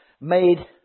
made